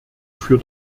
für